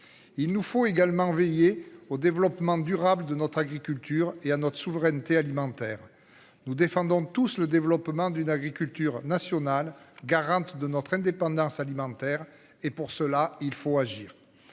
Il nous faut également veiller au développement durable de notre agriculture et à notre souveraineté alimentaire nous défendons tous le développement d'une agriculture nationale garante de notre indépendance alimentaire et pour cela il faut agir.